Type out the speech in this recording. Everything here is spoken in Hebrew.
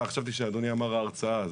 חשבתי שאדוני אמר, ההרצאה.